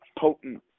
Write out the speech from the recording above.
potent